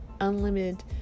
unlimited